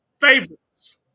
favorites